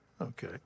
okay